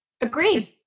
Agreed